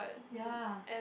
ya